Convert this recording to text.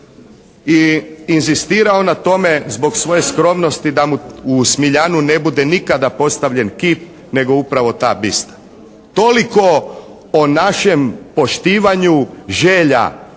i inzistirao na tome zbog svoje skromnosti da mu u Smiljanu ne bude nikada postavljen kip nego upravo ta bista. Toliko o našem poštivanju želja